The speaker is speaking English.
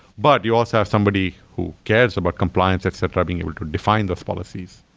but you also have somebody who cares about compliance, etc, being able to define those policies.